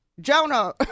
Jonah